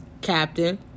Captain